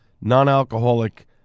non-alcoholic